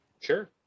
Sure